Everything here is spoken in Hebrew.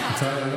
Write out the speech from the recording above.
ארי.